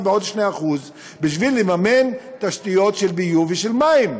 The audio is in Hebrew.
בעוד 2% בשביל לממן תשתיות של ביוב ושל מים,